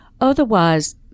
otherwise